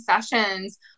sessions